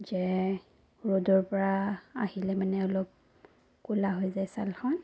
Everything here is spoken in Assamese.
যে ৰ'দৰ পৰা আহিলে মানে অলপ ক'লা হৈ যায় ছালখন